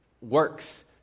works